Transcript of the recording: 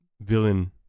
villain